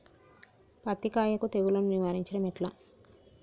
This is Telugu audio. పత్తి కాయకు తెగుళ్లను నివారించడం ఎట్లా?